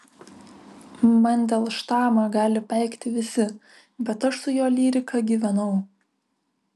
mandelštamą gali peikti visi bet aš su jo lyrika gyvenau